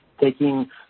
taking